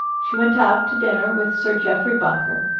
she went out to dinner with sir jeffrey bunker,